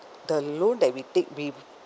the loan that we take we